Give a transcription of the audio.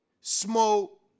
smoke